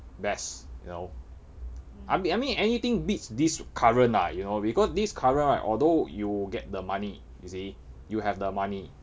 best you know I mean I mean anything beats this current ah you know because this current right although you get the money you see you have the money